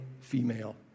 female